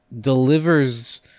delivers